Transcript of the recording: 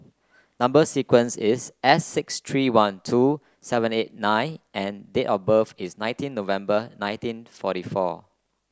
number sequence is S six three one two seven eight nine and date of birth is nineteen November nineteen forty four